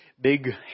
big